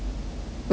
where are you now